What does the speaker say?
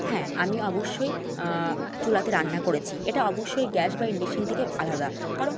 হ্যাঁ আমি অবশ্যই চুলাতে রান্না করেছি এটা অবশ্যই গ্যাস বা ইন্ডেকশান থেকে আলাদা কারণ